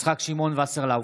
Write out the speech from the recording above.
יצחק שמעון וסרלאוף,